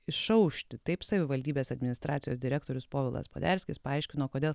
išaušti taip savivaldybės administracijos direktorius povilas poderskis paaiškino kodėl